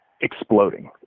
exploding